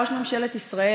ראש ממשלת ישראל,